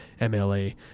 mla